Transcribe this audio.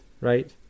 right